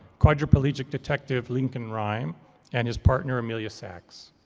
quadriplegic detective lincoln rhyme and his partner, amelia sachs.